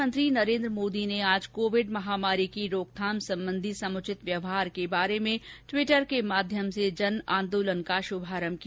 प्रधानमंत्री नरेन्द्र मोदी ने आज कोविड महामारी की रोकथाम संबंधी समुचित व्यवहार के बारे में ट्वीटर के माध्यम से जन आंदोलन का शुभारम्म किया